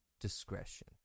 Discretion